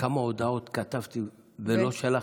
כמה הודעות כתבתי ולא שלחתי,